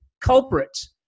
culprits